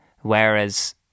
whereas